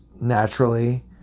naturally